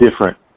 different